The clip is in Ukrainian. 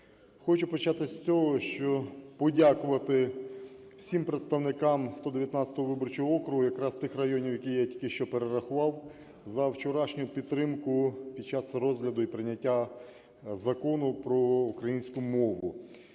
Хочу почати з цього, що подякувати всім представникам 119 виборчого округу, якраз тих районів, які я тільки що перерахував, за вчорашню підтримку під час розгляду і прийняття Закону про українську мову.